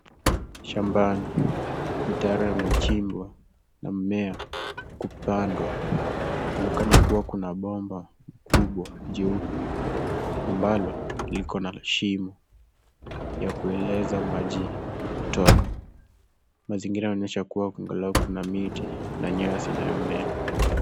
Shambani, itar yamechimbwa na mimea kupandwa, inaonekana kuwa kuna bomba kubwa jeupe ambalo likona shimo ya eleza maji kutoka. Mazingira yaonyesha kuwa angalau kuna miti na nyasi inayomea.